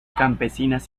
campesinas